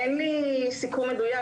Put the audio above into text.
אין לי סיכום מדויק,